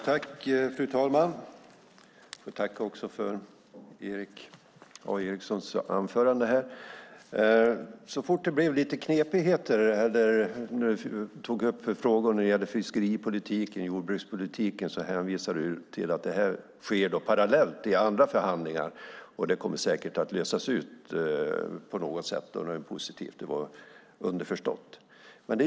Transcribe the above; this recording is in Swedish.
Fru talman! Jag tackar också för Erik A Erikssons anförande. Så fort det blir knepigheter i frågor om fiskeripolitik och jordbrukspolitik hänvisar du till att detta sker parallellt i andra förhandlingar och att frågorna kommer att lösas på något sätt. Det var underförstått positivt.